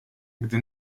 gdy